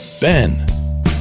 Ben